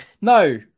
no